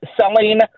selling